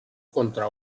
contra